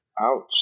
Ouch